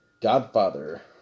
Godfather